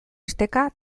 esteka